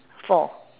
four